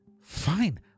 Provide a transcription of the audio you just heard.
fine